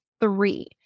three